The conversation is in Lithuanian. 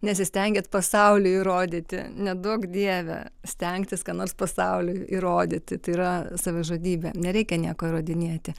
nesistengiat pasauliui įrodyti neduok dieve stengtis ką nors pasauliui įrodyti tai yra savižudybė nereikia nieko įrodinėti